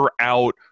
out